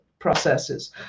Processes